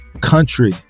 country